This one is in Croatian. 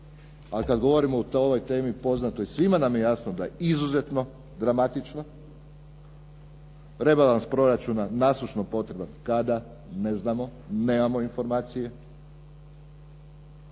A kad govorimo o ovoj temi poznato je, svima nam je jasno da je izuzetno dramatično. Rebalans proračuna nasušno potreban. Kada? Ne znamo. Nemamo informacije.